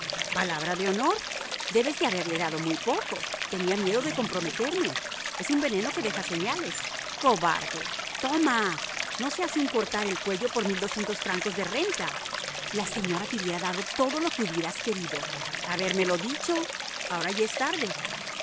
palabra de honor debes de haberle dado muy poco tenía miedo de comprometerme es un veneno que deja señales cobarde toma no se hace uno cortar el cuello por francos de renta la señora te hubiera dado todo lo que hubieras querido habérmelo dicho ahora ya es tarde